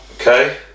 Okay